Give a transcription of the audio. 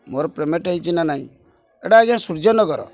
ମୋର ପେମେଣ୍ଟ ହେଇଛି ନା ନାହିଁ ଏଇଟା ଆଜ୍ଞା ସୂର୍ଯ୍ୟ ନଗର